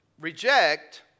reject